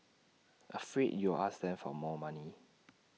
afraid you'll ask them for more money